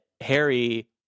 Harry